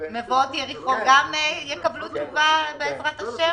גם מבואות יריחו יקבלו בעזרת השם?